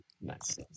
nice